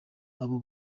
abo